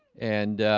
and